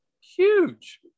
Huge